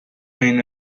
اینا